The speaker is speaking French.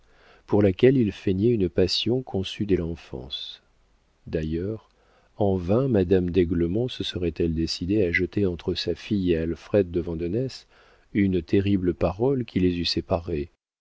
pour laquelle il feignait une passion conçue dès l'enfance d'ailleurs en vain madame d'aiglemont se serait-elle décidée à jeter entre sa fille et alfred de vandenesse une terrible parole qui les eût séparés